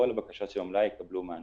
כל הבקשות שבמלאי יקבלו מענה,